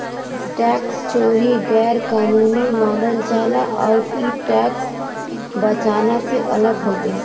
tax चोरी गैर कानूनी मानल जाला आउर इ टैक्स बचाना से अलग हउवे